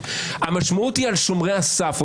המשמעות היא על שומרי הסף,